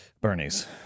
Bernie's